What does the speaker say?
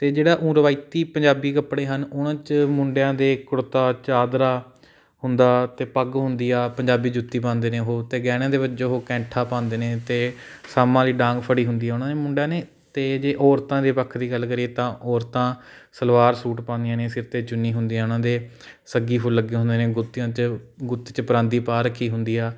ਅਤੇ ਜਿਹੜਾ ਉਂ ਰਵਾਇਤੀ ਪੰਜਾਬੀ ਕੱਪੜੇ ਹਨ ਉਨ੍ਹਾਂ 'ਚ ਮੁੰਡਿਆਂ ਦੇ ਕੁੜਤਾ ਚਾਦਰਾ ਹੁੰਦਾ ਅਤੇ ਪੱਗ ਹੁੰਦੀ ਆ ਪੰਜਾਬੀ ਜੁੱਤੀ ਪਾਉਂਦੇ ਨੇ ਉਹ ਅਤੇ ਗਹਿਣਿਆਂ ਦੇ ਵਿੱਚ ਜੋ ਉਹ ਕੈਂਠਾ ਪਾਉਂਦੇ ਨੇ ਅਤੇ ਸਾਮਾਂ ਦੀ ਡਾਂਗ ਫੜੀ ਹੁੰਦੀ ਉਨ੍ਹਾਂ ਦੇ ਮੁੰਡਿਆਂ ਨੇ ਅਤੇ ਜੇ ਔਰਤਾਂ ਦੇ ਪੱਖ ਦੀ ਗੱਲ ਕਰੀਏ ਤਾਂ ਔਰਤਾਂ ਸਲਵਾਰ ਸੂਟ ਪਾਉਂਦੀਆਂ ਨੇ ਸਿਰ 'ਤੇ ਚੁੰਨੀ ਹੁੰਦੀ ਉਨ੍ਹਾਂ ਦੇ ਸੱਗੀ ਫੁੱਲ ਲੱਗੇ ਹੁੰਦੇ ਨੇ ਗੁੱਤੀਆ 'ਚ ਗੁੱਤ 'ਚ ਪਰਾਂਦੀ ਪਾ ਰੱਖੀ ਹੁੰਦੀ ਆ